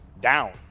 Down